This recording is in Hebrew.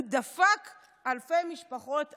הוא דפק אלפי משפחות עניות".